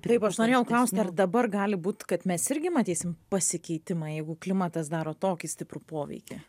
taip aš norėjau klausti ar dabar gali būt kad mes irgi matysim pasikeitimą jeigu klimatas daro tokį stiprų poveikį